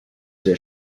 der